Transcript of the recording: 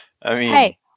Hey